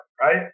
right